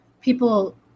people